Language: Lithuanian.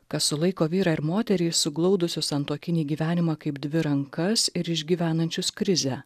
kas sulaiko vyrą ir moterį suglaudusius santuokinį gyvenimą kaip dvi rankas ir išgyvenančius krizę